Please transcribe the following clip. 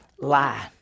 Lie